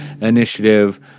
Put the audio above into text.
initiative